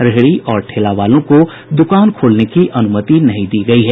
रेहड़ी और ठेला वालों को दुकान खोलने की अनुमति नहीं दी गयी है